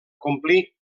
complir